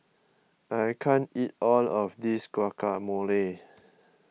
I can't eat all of this Guacamole